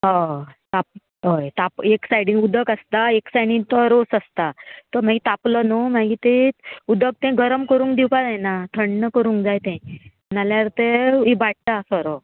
हय ताप हय ताप एक सायडीन उदक आसता एक सायडीन तो रोस आसता तो मागीर तापलो न्हू मागीर ते उदक ते गरम करूंक दिवपा जायना थंड करूंक जाय ते नाल्यार तें इबाडटा सोरो